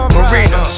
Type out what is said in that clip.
Marina